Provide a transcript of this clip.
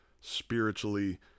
spiritually